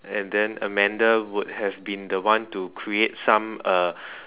and then Amanda would have been the one to create some uh